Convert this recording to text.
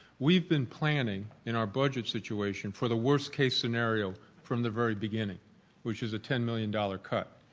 we've been planning in our budget situation for the worst case scenario from the very beginning which is ten million dollar cut.